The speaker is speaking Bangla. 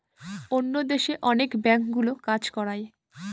অন্য দেশে অনেক ব্যাঙ্কগুলো কাজ করায়